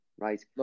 Right